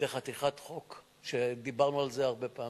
זה חתיכת חוק, ודיברנו על זה הרבה פעמים.